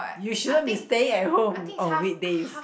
you shouldn't be staying at home on weekdays